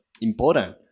important